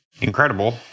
Incredible